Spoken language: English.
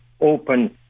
open